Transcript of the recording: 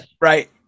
Right